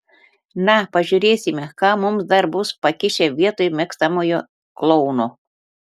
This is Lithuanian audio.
na pažiūrėsime ką mums dar bus pakišę vietoj mėgstamojo klouno